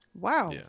Wow